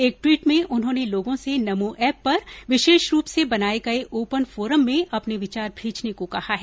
एक ट्वीट में उन्होंने लोगों से नमो एप पर विशेष रूप से बनाये गए ओपन फोरम में अपने विचार भेजने को कहा है